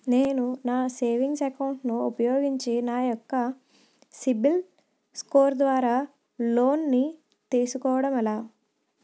నేను నా savings account ను ఉపయోగించి నా యెక్క సిబిల్ స్కోర్ ద్వారా లోన్తీ సుకోవడం ఎలా?